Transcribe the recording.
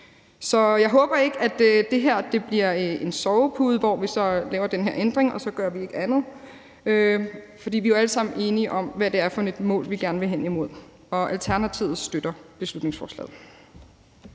Så jeg håber ikke, at det her bliver en sovepude, hvor vi så laver den her ændring og så ikke gør andet. For vi er jo alle sammen enige om, hvad det er for et mål, vi gerne vil hen imod. Alternativet støtter beslutningsforslaget.